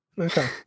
Okay